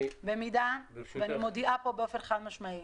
אני מודיעה באופן חד-משמעי: